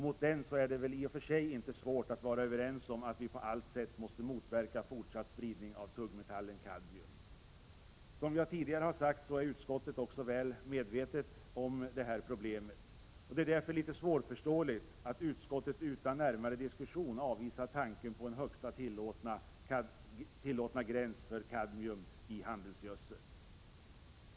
Mot den är det väli och för sig inte svårt att vara överens om att vi på allt sätt måste motverka fortsatt spridning av tungmetallen kadmium. Som jag tidigare har sagt är utskottet väl medvetet om problemet. Det är därför svårförståeligt att utskottet utan närmare diskussion avvisar tanken på en högsta tillåtna gräns för kadmium i handelsgödsel.